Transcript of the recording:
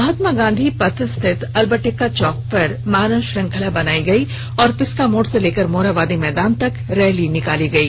महात्मा गांधी पथ स्थित अल्बर्ट एक्का चौक पर मानव श्रंखला बनाई गई और पिस्का मोड़ से लेकर मोरहाबादी मैदान तक रैली निकाली गई